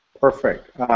Perfect